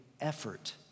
effort